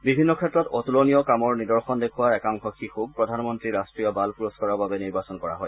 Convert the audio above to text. বিভিন্ন ক্ষেত্ৰত অতুলনীয় কামৰ নিৰ্দশন দেখুওৱা একাংশ শিশুক প্ৰধানমন্নী ৰাষ্টীয় বাল পুৰস্বাৰৰ বাবে নিৰ্বাচন কৰা হয়